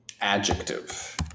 adjective